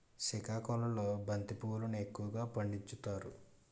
సికాకుళంలో బంతి పువ్వులును ఎక్కువగా పండించుతారు